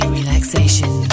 relaxation